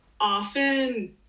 often